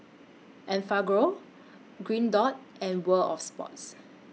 Enfagrow Green Dot and World of Sports